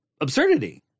absurdity